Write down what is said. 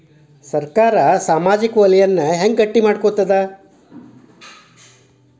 ಸರ್ಕಾರಾ ಸಾಮಾಜಿಕ ವಲಯನ್ನ ಹೆಂಗ್ ಗಟ್ಟಿ ಮಾಡ್ಕೋತದ?